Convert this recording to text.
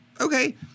Okay